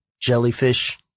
jellyfish